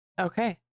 Okay